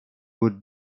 would